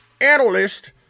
analyst